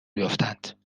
بیفتند